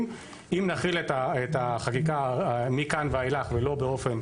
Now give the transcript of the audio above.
אם נחיל את החקיקה מכאן ואילך באופן